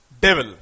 Devil